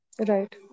Right